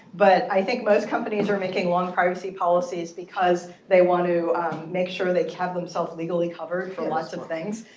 but i think most companies are making long privacy policies because they want to make sure they have themselves legally covered for lots of things,